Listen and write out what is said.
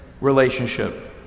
relationship